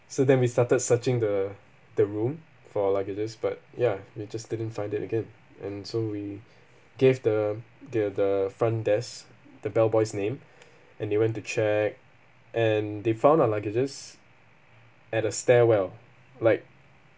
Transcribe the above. so then we started searching the the room for our luggages but ya we just didn't find it again and so we gave them their the front desk the bellboy's name and they went to check and they found our luggages at a stairwell like